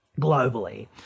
globally